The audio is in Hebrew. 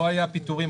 לא היו פיטורים.